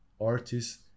artists